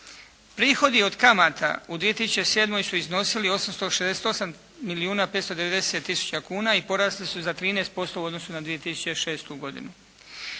Prihodi od kamata u 2007. su iznosili 868 milijuna 590 tisuća kuna i porasli su za 13% u odnosu na 2006. godinu.